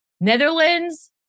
Netherlands